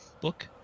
book